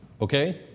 Okay